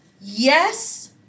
Yes